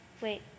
wait